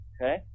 Okay